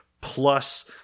plus